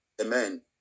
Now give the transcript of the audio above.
amen